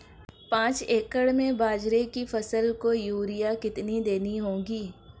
पांच एकड़ में बाजरे की फसल को यूरिया कितनी देनी होगी?